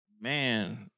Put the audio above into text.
Man